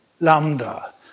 lambda